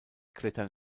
klettern